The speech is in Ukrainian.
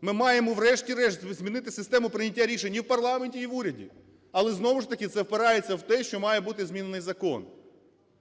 ми маємо, врешті-решт, змінити систему прийняття рішення і в парламенті, і в уряді. Але знову ж таки це впирається в те, що має бути змінений закон.